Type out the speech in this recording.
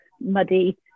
muddy